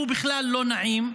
שהוא בכלל לא נעים,